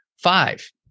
Five